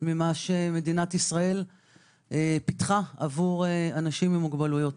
ממה שמדינת ישראל פיתחה עבור אנשים עם מוגבלויות.